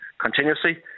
continuously